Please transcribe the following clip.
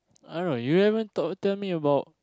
I don't you haven't told tell me about